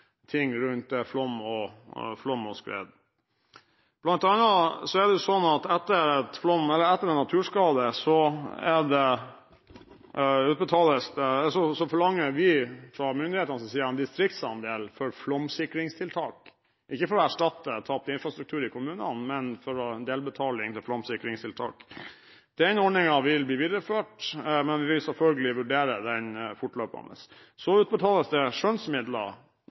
ting rundt flom og skred. Blant annet er det sånn at etter en naturskade forlanger vi fra myndighetenes side en distriktsandel for flomsikringstiltak – ikke for å erstatte tapt infrastruktur i kommunene, men som delbetaling til flomsikringstiltak. Den ordningen vil bli videreført, men vi vil selvfølgelig vurdere den fortløpende. Så utbetales det skjønnsmidler